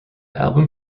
album